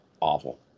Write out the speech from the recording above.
Awful